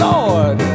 Lord